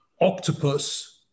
octopus